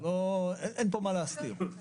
אין פה מה להסתיר.